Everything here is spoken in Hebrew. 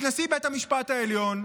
את נשיא בית המשפט העליון,